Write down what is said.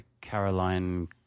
Caroline